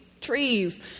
trees